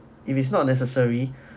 it it's not necessary